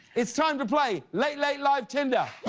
it's time to play late late live tinder!